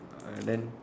uh then